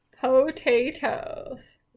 potatoes